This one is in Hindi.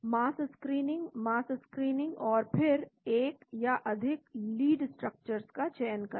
मास स्क्रीनिंग मास स्क्रीनिंग और फिर एक या अधिक लीड स्ट्रक्चर्स का चयन करें